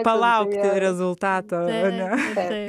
palaukti rezultato ane